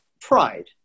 pride